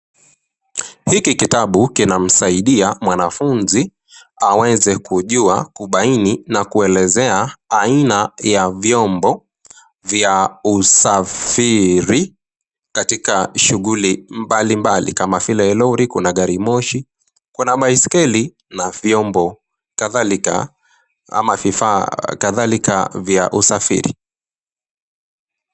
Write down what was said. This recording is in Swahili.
Hiki kitabu kina msaidia mwanafunzi aweze kujua, kubaini na kuelezea aina ya vyombo vya usafiri katika shughuli mbali mbali kama vile lori kuna garimoshi kuna baiskeli na vyombo kadhalika na vyombo kadhalika vya usafiri.